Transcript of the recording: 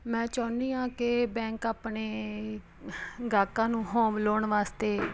ਮੈਂ ਚਾਹੁੰਦੀ ਹਾਂ ਕਿ ਬੈਂਕ ਆਪਣੇ ਗਾਹਕਾਂ ਨੂੰ ਹੋਮ ਲੋਨ ਵਾਸਤੇ